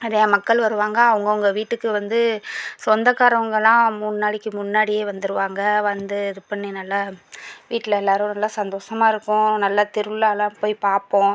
நிறைய மக்கள் வருவாங்க அவங்க அவங்க வீட்டுக்கு வந்து சொந்தக்காரங்கள்லாம் மூணு நாளைக்கு முன்னாடியே வந்துடுவாங்க வந்து இது பண்ணி நல்லா வீட்டில் எல்லோரும் நல்லா சந்தோஷமாக இருப்போம் நல்லா திருவிழாலாம் போய் பார்ப்போம்